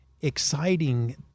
exciting